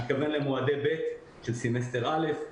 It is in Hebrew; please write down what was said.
אני מתכוון למועדי ב' של סמסטר א'.